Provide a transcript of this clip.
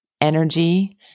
energy